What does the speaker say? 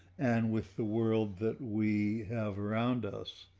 and with the world that we have around us,